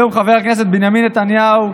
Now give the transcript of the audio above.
היום חבר הכנסת בנימין נתניהו,